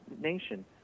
nation